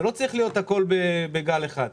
זה לא צריך להיות הכל בגל אחד.